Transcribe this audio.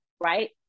right